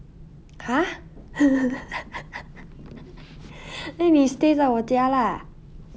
!huh! eh 你 stay 在我家 lah